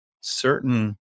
certain